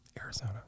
Arizona